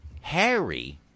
Harry